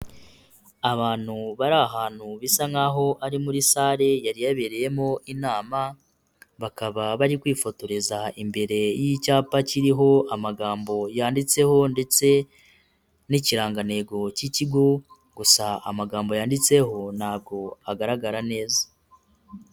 Abantu bari ahantu, bisa nk'aho ari muri sale yari yabereyemo inama, bakaba bari kwifotoreza imbere y'icyapa kiriho amagambo yanditseho, ndetse n'ikirangantego cy'ikigo, gusa amagambo yanditseho, ntabwo agaragara neza.